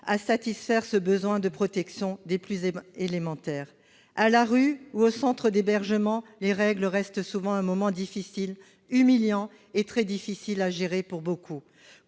à satisfaire ce besoin de protection des plus élémentaires. À la rue ou en centre d'hébergement, les règles restent souvent un moment pénible, humiliant et très difficile à gérer pour beaucoup